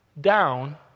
down